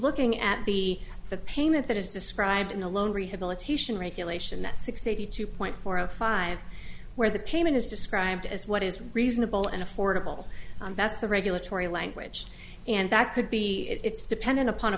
looking at be the payment that is described in the loan rehabilitation regulation that sixty two point four zero five where the payment is described as what is reasonable and affordable that's the regulatory language and that could be it's dependent upon a